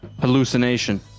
Hallucination